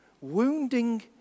wounding